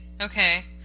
okay